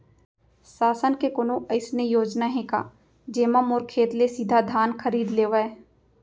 शासन के कोनो अइसे योजना हे का, जेमा मोर खेत ले सीधा धान खरीद लेवय?